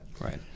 Right